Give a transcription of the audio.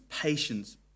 patience